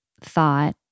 thought